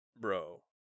Bro